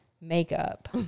makeup